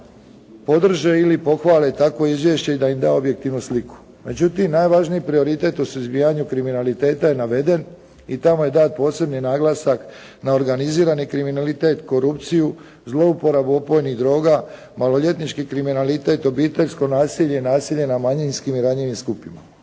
održe ili pohvale takvo izvješće i da im da objektivnu sliku. Međutim, najvažniji prioritet u suzbijanju kriminaliteta je naveden i tamo je dat posebni naglasak na organizirani kriminalitet, korupciju, zlouporabu opojnih droga, maloljetnički kriminalitet, obiteljsko nasilje, nasilje nad manjinskim i ranjivim skupinama.